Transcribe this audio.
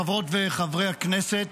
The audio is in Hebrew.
חברות וחברי הכנסת,